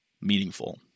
meaningful